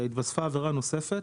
התווספה עבירה נוספת,